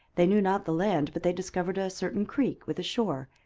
they knew not the land but they discovered a certain creek with a shore,